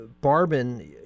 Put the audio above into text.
Barbin